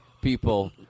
people